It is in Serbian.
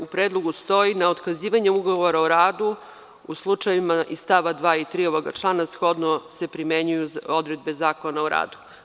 U predlogu stoji – Na otkazivanje ugovora o radu u slučajevima iz stavova 2. i 3. ovog člana shodno se primenjuju odredbe Zakona o radu.